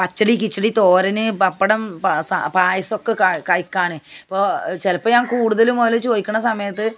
പച്ചടി കിച്ചടി തോരൻ പപ്പടം സ പായസമൊക്കെ ക കഴിക്കാണ് അപ്പോൾ ചിലപ്പോൾ ഞാൻ കൂടുതലും പോലെ ചോദിക്കണ സമയത്ത്